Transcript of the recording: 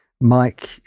Mike